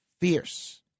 fierce